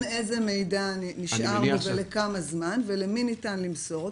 איזה מידע נשאר בו ולכמה זמן ולמי ניתן למסור אותו.